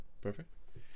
perfect